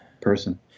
person